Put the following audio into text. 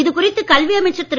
இதுகுறித்து கல்வி அமைச்சர் திரு